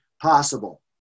possible